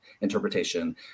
interpretation